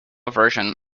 version